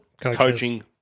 coaching